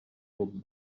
club